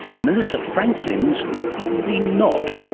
melissa franklin's is probably not.